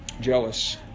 Jealous